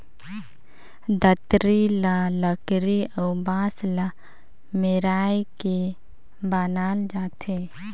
दँतरी ल लकरी अउ बांस ल मेराए के बनाल जाथे